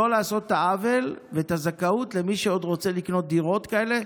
לא לעשות את העוול ואת הזכאות למי שעוד רוצה לקנות דירות כאלה.